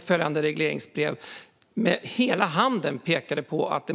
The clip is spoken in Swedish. I följande regleringsbrev pekade man med hela handen på att